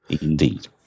indeed